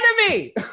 enemy